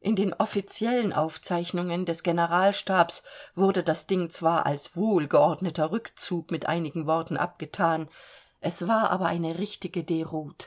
in den offiziellen aufzeichnungen des generalstabs wurde das ding zwar als wohlgeordneter rückzug mit einigen worten abgethan es war aber eine richtige deroute